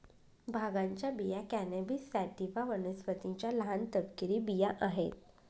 भांगाच्या बिया cannabis sativa वनस्पतीच्या लहान, तपकिरी बिया आहेत